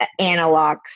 analogs